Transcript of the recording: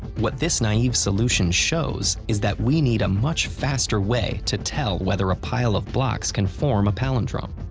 what this naive solution shows is that we need a much faster way to tell whether a pile of blocks can form a palindrome.